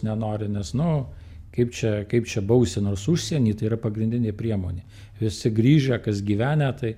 nenori nes nu kaip čia kaip čia bausi nors užsieny tai yra pagrindinė priemonė visi grįžę kas gyvenę tai